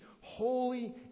holy